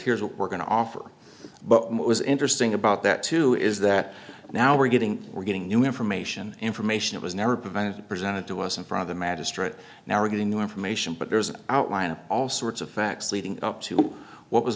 here's what we're going to offer but what was interesting about that too is that now we're getting we're getting new information information it was never provided presented to us in front of the magistrate now we're getting new information but there's an outline of all sorts of facts leading up to what was